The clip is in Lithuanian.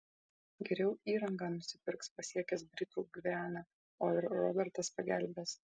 geriau įrangą nusipirks pasiekęs britų gvianą o ir robertas pagelbės